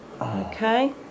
Okay